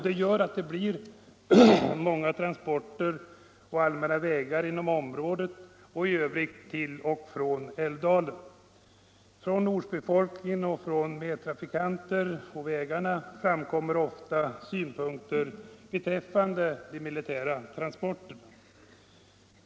Det blir därför många militära transporter på allmänna vägar i området samt till och från Älvdalen genom länet i övrigt. Från ortsbefolkningen och från andra trafikanter på dessa vägar framförs ofta synpunkter beträffande de militära transporterna.